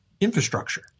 infrastructure